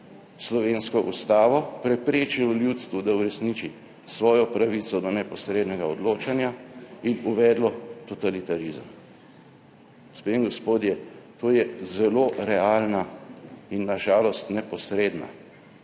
slovensko Ustavo, preprečilo ljudstvu, da uresniči svojo pravico do neposrednega odločanja, in uvedlo totalitarizem. Gospe in gospodje, to je zelo realna in na žalost neposredna